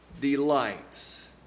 delights